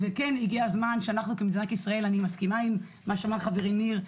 וכן הגיע הזמן שאנחנו כמדינת ישראל אני מסכימה עם מה שאמר חברי ניר,